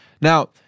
Now